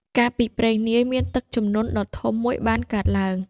កាលពីព្រេងនាយ មានទឹកជំនន់ដ៏ធំមួយបានកើតឡើង។